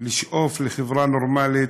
לשאוף לחברה נורמלית,